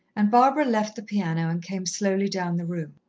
and barbara left the piano and came slowly down the room.